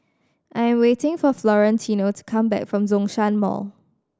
I am waiting for Florentino to come back from Zhongshan Mall